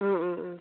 ও ও ও